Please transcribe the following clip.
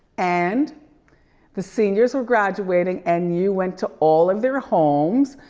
and the seniors were graduating and you went to all of their homes.